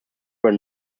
were